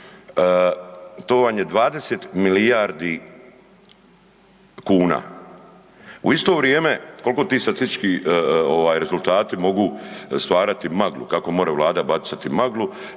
to vam je 20 milijardi kuna. U isto vrijeme koliko ti statistički ovaj rezultati mogu ovaj stvarati maglu kako more Vlada bacati maglu